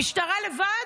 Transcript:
המשטרה לבד?